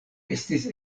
estis